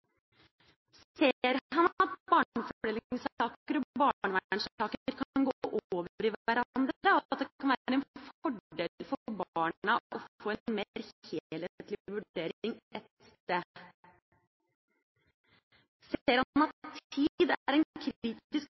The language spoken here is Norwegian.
Ser han at barnefordelingssaker og barnevernssaker kan gå over i hverandre, og at det kan være en fordel for barna å få en mer helhetlig vurdering ett sted? Ser han at tid er en